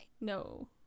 No